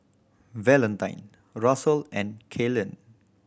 Valentine Russel and Kaylen